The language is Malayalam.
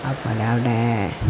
അതുപോലെ അവിടെ